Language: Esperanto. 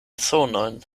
sonojn